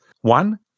One